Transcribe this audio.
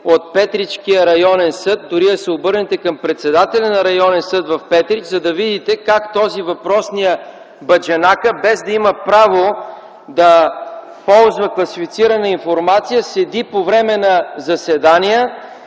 от Петричкия районен съд, дори да се обърнете към председателя на Районен съд – Петрич, за да видите как този, въпросният, баджанака, без да има право да ползва класифицирана информация, седи по време на заседания,